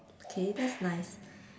okay that's nice